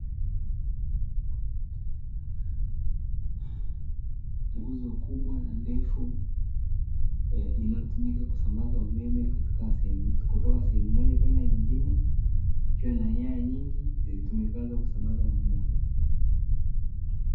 Nguzo kubwa na ndefu inayotumika kusambaza umeme kutoka sehemu moja kwenda nyingine, ikiwa na nyaya nyingi zitumikazo kusambaza umeme huo.